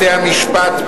בתי-המשפט,